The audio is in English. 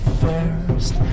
first